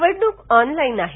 निवडण्क ऑनलाईन आहे